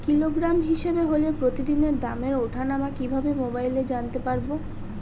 Kilogram হিসাবে হলে প্রতিদিনের দামের ওঠানামা কিভাবে মোবাইলে জানতে পারবো?